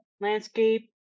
landscape